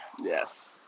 yes